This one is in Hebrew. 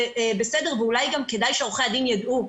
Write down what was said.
בסדר ואולי גם כדאי שעורכי הדין ידעו.